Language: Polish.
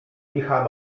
licha